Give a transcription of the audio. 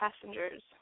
passengers